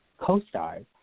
Co-stars